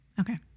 Okay